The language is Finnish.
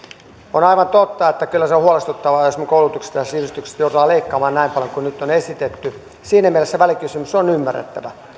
on aivan totta että kyllä se on huolestuttavaa jos me koulutuksesta ja sivistyksestä joudumme leikkaamaan näin paljon kuin nyt on esitetty siinä mielessä välikysymys on ymmärrettävä